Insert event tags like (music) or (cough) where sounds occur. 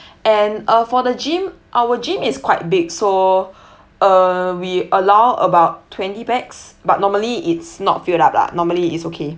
and uh for the gym our gym is quite big so (breath) uh we allow about twenty pax but normally it's not filled up lah normally it's okay